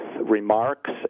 remarks